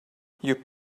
you